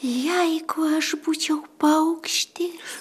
jeigu aš būčiau paukštis